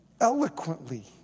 eloquently